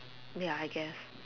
ya I guess